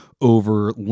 over